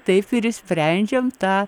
taip ir išsprendžiam tą